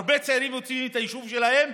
הרבה צעירים יוצאים מהיישוב שלהם